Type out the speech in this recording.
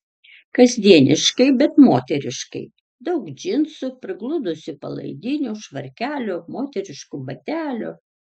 kasdieniškai bet moteriškai daug džinsų prigludusių palaidinių švarkelių moteriškų batelių